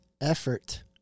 effort